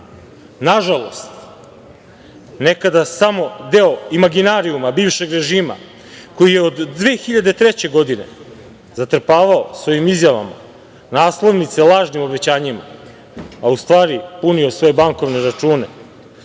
Nažalost, nekada samo deo imaginarijuma bivšeg režima koji je od 2003. godine zatrpavao svojim izjavama naslovnice lažnim obećanjima, a u stvari punio svoje bankovne račune,